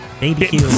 Baby